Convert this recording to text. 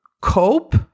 cope